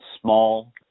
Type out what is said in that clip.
small